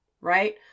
right